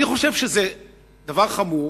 אני חושב שזה דבר חמור,